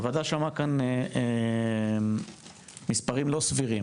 בוועדה שמעה כאן מספרים לא סבירים